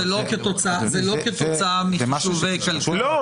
זה לא כתוצאה מחישוב כלכלי.